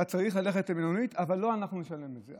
אתה צריך ללכת למלונית, אבל לא אנחנו נשלם את זה.